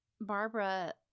Barbara